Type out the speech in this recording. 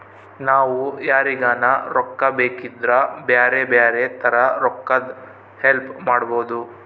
ನಾವು ಯಾರಿಗನ ರೊಕ್ಕ ಬೇಕಿದ್ರ ಬ್ಯಾರೆ ಬ್ಯಾರೆ ತರ ರೊಕ್ಕದ್ ಹೆಲ್ಪ್ ಮಾಡ್ಬೋದು